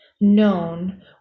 known